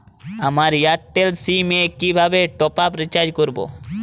আমার Airtel SIM এ কিভাবে টপ আপ রিচার্জ করবো?